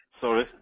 sorry